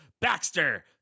Baxter